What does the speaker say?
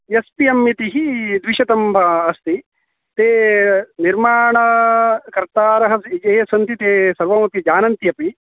S P M इति द्विशतम् अस्ति ते निर्माणकर्तारः ये सन्ति ते सर्वमपि जानन्त्यपि